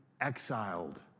exiled